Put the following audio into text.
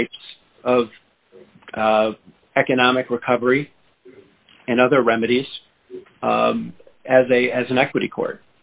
types of economic recovery and other remedies as a as an equity court